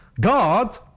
God